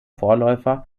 vorläufer